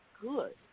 good